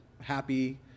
happy